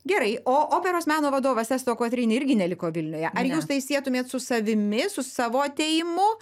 gerai o operos meno vadovas esto kotryni irgi neliko vilniuje ar jūs tai sietumėt su savimi su savo atėjimu